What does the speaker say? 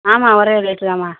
ஆமாம் ஒரே ரேட்டுதாம்மா